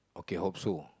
okay hope so